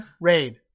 Raid